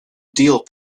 deal